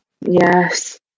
Yes